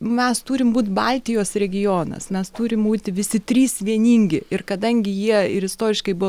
mes turim būt baltijos regionas mes turim būti visi trys vieningi ir kadangi jie ir istoriškai buvo